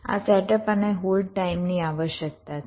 આ સેટઅપ અને હોલ્ડ ટાઈમની આવશ્યકતા છે